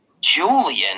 Julian